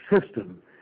system